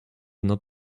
not